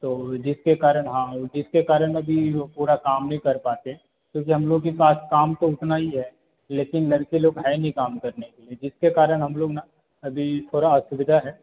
तो जिसके कारण हाँ वो जिसके कारण अभी वो पूरा काम नहीं कर पाते क्योंकि हम लोग के पास काम तो उतना ही है लेकिन लड़के लोग है नहीं काम करने के लिए जिसके कारण हम लोग ना अभी थोड़ी असुविधा है